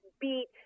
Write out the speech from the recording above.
beat